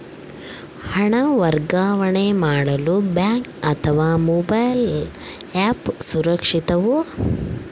ಹಣ ವರ್ಗಾವಣೆ ಮಾಡಲು ಬ್ಯಾಂಕ್ ಅಥವಾ ಮೋಬೈಲ್ ಆ್ಯಪ್ ಸುರಕ್ಷಿತವೋ?